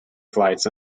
flights